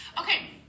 Okay